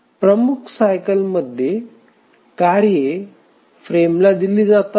प्रमुख सायकल मध्ये कार्ये फ्रेमला दिली जातात